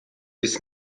ist